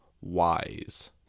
Wise